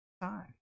time